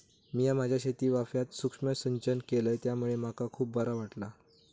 मिया माझ्या शेतीवाफ्यात सुक्ष्म सिंचन केलय त्यामुळे मका खुप बरा वाटला